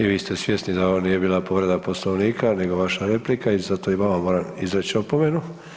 I vi ste svjesni da ovo nije bila povreda Poslovnika, nego vaša replika i zato i vama moram izreći opomenu.